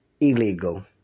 illegal